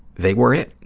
they were it.